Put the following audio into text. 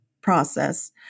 process